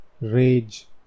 rage